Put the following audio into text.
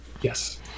Yes